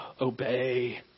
obey